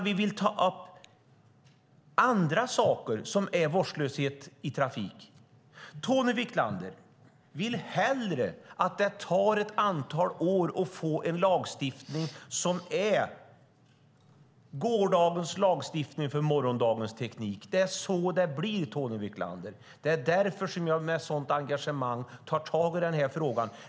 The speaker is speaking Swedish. Vi vill ta med även andra saker om vårdslöshet i trafiken. Tony Wiklander vill hellre att det tar ett antal år för att få en lagstiftning som är gårdagens lagstiftning för morgondagens teknik. Det är så det blir, Tony Wiklander. Det är därför som jag med sådant engagemang tar tag i frågan.